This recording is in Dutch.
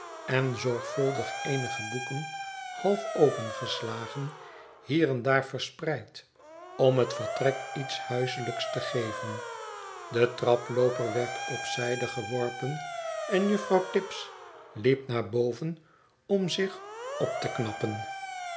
en zorgvuldig eenige boeken half opengeslagen hier en daar verspreid om het vertrek iets huiselijks te geven de traplooper werd op zijde geworpen en juffrouw tibbs liep naar boven om zich op te knappen